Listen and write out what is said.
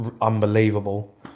unbelievable